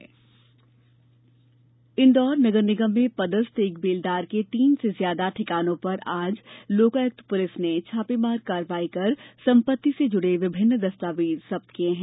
छापामार इंदौर नगर निगम में पदस्थ एक बेलदार के तीन से ज्यादा ठिकानों पर आज लोकायुक्त पुलिस ने छापेमार कार्रवाई कर संपत्ति से जुड़े विभिन्न दस्तावेज जब्त किए है